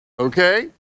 Okay